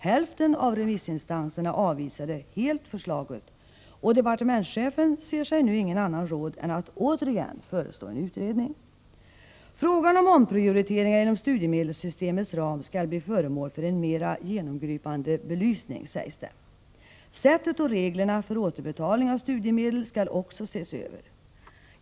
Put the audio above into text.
Hälften av remissinstanserna avvisade helt förslaget, och departementschefen ser sig nu ingen annan råd än att återigen föreslå en utredning. Frågan om omprioriteringar inom studiemedelssystemets ram skall bli föremål för en mera genomgripande belysning, sägs det. Sättet och reglerna för återbetalning av studiemedel skall också ses över.